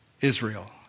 Israel